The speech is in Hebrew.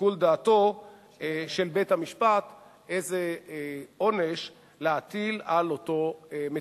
לשיקול דעתו של בית-המשפט איזה עונש להטיל על אותו מטפל.